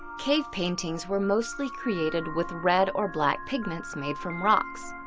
cave paintings were mostly created with red or black pigments made from rocks.